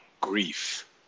grief